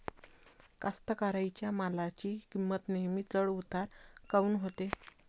कास्तकाराइच्या मालाची किंमत नेहमी चढ उतार काऊन होते?